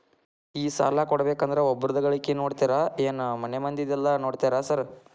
ಈ ಸಾಲ ಕೊಡ್ಬೇಕಂದ್ರೆ ಒಬ್ರದ ಗಳಿಕೆ ನೋಡ್ತೇರಾ ಏನ್ ಮನೆ ಮಂದಿದೆಲ್ಲ ನೋಡ್ತೇರಾ ಸಾರ್?